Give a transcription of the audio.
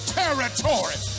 territory